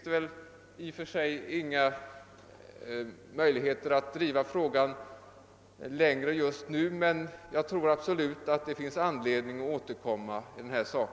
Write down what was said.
Just nu finns det väl inga möjligheter att driva frågan längre, men jag tror absolut att det finns anledning återkomma i denna sak.